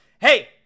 Hey